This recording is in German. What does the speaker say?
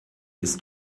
ist